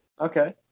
Okay